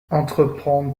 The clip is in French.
entreprendre